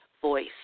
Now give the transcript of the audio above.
voice